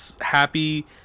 happy